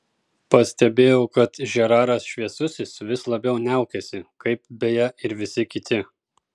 pastebėjau kad žeraras šviesusis vis labiau niaukiasi kaip beje ir visi kiti